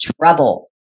trouble